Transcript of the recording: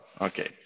Okay